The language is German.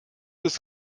ist